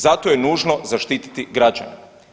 Zato je nužno zaštititi građane.